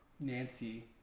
Nancy